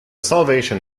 salvation